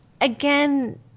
again